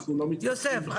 אנחנו לא מתווכחים בכלל.